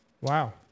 wow